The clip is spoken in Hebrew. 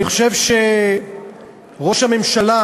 אני חושב שראש הממשלה,